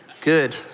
Good